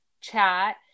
chat